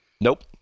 Nope